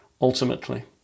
ultimately